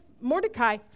Mordecai